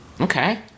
Okay